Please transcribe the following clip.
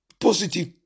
positive